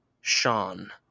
Sean